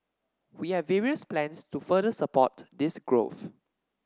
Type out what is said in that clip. we have various plans to further support this growth